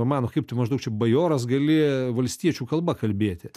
mano kaip tai maždaug čia bajoras gali valstiečių kalba kalbėti